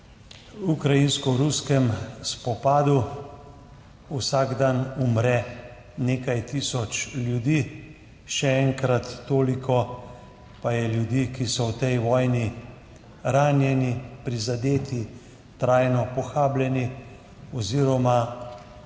ukrajinsko-ruskem spopadu vsak dan umre nekaj tisoč ljudi, še enkrat toliko pa je ljudi, ki so v tej vojni ranjeni, prizadeti, trajno pohabljeni, oziroma